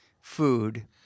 food